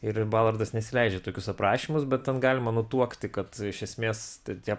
ir balardas nesileidžia į tokius aprašymus bet ten galima nutuokti kad iš esmės tie